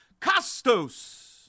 Costos